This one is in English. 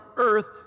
earth